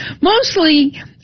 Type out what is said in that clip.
Mostly